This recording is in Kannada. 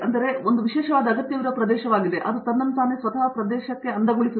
ಆದ್ದರಿಂದ ಇದು ಒಂದು ವಿಶೇಷವಾದ ಅಗತ್ಯವಿರುವ ಪ್ರದೇಶವಾಗಿದೆ ಮತ್ತು ಅದು ತನ್ನನ್ನು ತಾನೇ ಸ್ವತಃ ಪ್ರದೇಶಕ್ಕೆ ಅಂದಗೊಳಿಸುತ್ತದೆ